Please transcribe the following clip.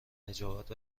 نجابت